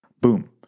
Boom